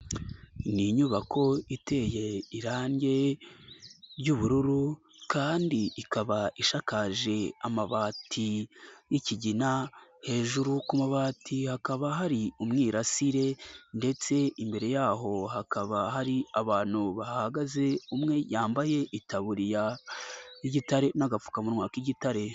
Ni inyubako iteye irangi ry'ubururu kandi ikaba ishakakaje amabati y'ikigina, hejuru ku mabati hakaba hari umwirasire ndetse imbere yaho hakaba hari abantu bahagaze, umwe yambaye itaburiya y'igitare n'agapfukamunwa k'igitare.